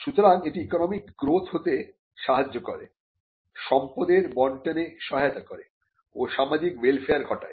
সুতরাং এটি economic growth হতে সাহায্য করে সম্পদের বন্টনে সহায়তা করে ও সামাজিক ওয়েলফেয়ার ঘটায়